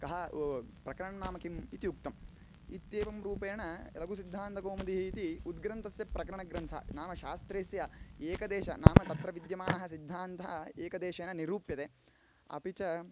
कः प्रकरणं नाम किम् इति उक्तम् इत्येवं रूपेण लघुसिद्धान्तकौमुदी इति उद्ग्रन्थस्य प्रकरणग्रन्थः नाम शास्त्रस्य एकदेशः नाम तत्र विद्यमानः सिद्धान्तः एकदेशेन निरूप्यते अपि च